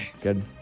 Good